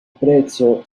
prezzo